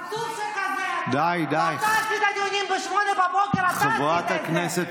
חצוף שכזה, ב-08:00, אתה עשית את זה, מחבר הכנסת